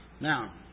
Now